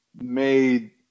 made